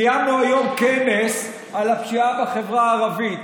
קיימנו היום כנס על הפשיעה בחברה הערבית,